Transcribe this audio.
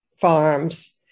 farms